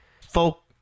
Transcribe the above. folk